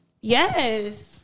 yes